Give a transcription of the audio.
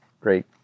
great